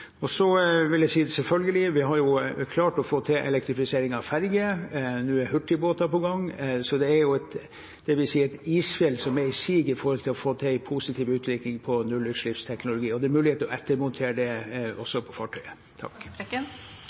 Så vil jeg si: Vi har klart å få til elektrifisering av ferger, og nå er hurtigbåter på gang, så det er jo – jeg vil si – et isfjell som er i siget når det gjelder å få til en positiv utvikling innen utslippsteknologi. Det er også mulighet for å ettermontere dette på fartøyet.